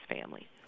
family